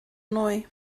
nwy